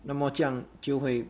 那么这样就会